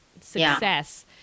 success